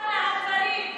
זכותנו למחות.